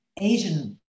Asian